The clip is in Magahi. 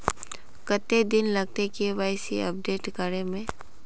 कते दिन लगते के.वाई.सी अपडेट करे में?